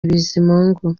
bizimungu